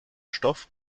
stoff